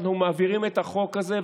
אנחנו מעבירים את החוק הזה,